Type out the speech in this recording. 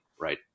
right